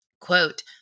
Quote